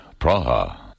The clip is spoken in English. Praha